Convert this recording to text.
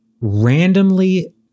randomly